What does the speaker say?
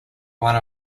one